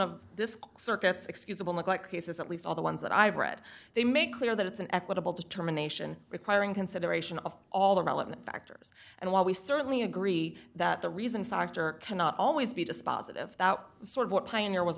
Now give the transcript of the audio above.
of this circuits excusable neglect cases at least all the ones that i've read they make clear that it's an equitable determination requiring consideration of all the relevant factors and while we certainly agree that the reason factor cannot always be dispositive sort of what pioneer was